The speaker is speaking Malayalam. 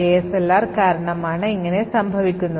ASLR കാരണമാണ് ഇങ്ങിനെ സംഭവിക്കുന്നത്